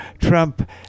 Trump